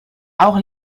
auch